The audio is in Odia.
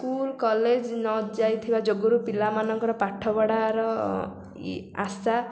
ସ୍କୁଲ କଲେଜ ନଯାଇଥିବା ଯୋଗୁରୁ ପିଲାମାନଙ୍କର ପାଠ ପଢ଼ାର ଆଶା